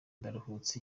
ndaruhutse